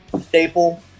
staple